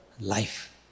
life